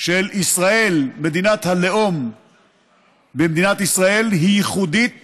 של ישראל, מדינת הלאום במדינת ישראל, היא ייחודית